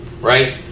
right